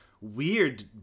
weird